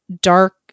Dark